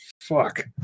Fuck